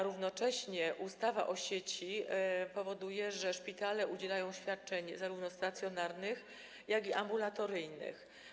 Równocześnie ustawa o sieci powoduje, że szpitale udzielają świadczeń zarówno stacjonarnych, jak i ambulatoryjnych.